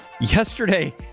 Yesterday